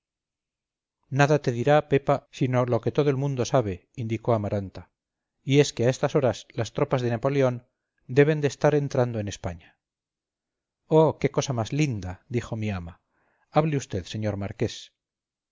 nada te dirá pepa sino lo que todo el mundo sabe indicó amaranta y es que a estas horas las tropas de napoleón deben de estar entrando en españa oh qué cosa más linda dijo mi ama hable vd señor marqués